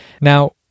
Now